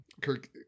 Kirk